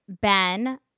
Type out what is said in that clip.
Ben